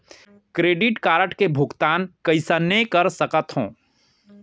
Credit card के भुगतान कइसने कर सकथो?